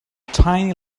tiny